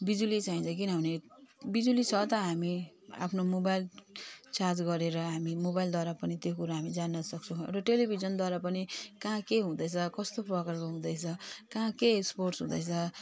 बिजुली चाहिन्छ किनभने बिजुली छ त हामी आफ्नो मोबाइल चार्ज गरेर हामी मोबाइलद्वारा पनि त्यो कुरा हामी जान्न सक्छौँ र टेलिभिजनद्वारा पनि कहाँ के हुँदैछ कस्तो प्रकारको हुँदैछ कहाँ के स्पोर्ट्स हुँदैछ